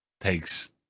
takes